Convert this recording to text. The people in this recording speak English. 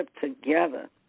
together